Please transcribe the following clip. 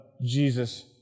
Jesus